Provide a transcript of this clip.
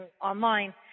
online